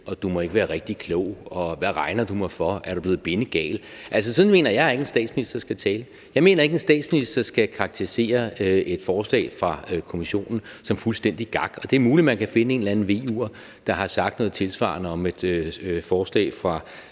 du må ikke være rigtig klog, hvad regner du mig for? Og er du blevet bindegal? Altså, sådan mener jeg ikke at en statsminister skal tale. Jeg mener ikke, at en statsminister skal karakterisere et forslag fra Kommissionen som fuldstændig gak. Det er muligt, at man kan finde en eller anden VU'er, der har sagt noget tilsvarende om et forslag fra